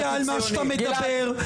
על ציוני -- אתה לא יודע על מה שאתה מדבר,